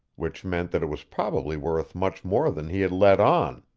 which meant that it was probably worth much more than he had let on.